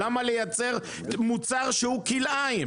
למה לייצר מוצר שהוא כלאיים?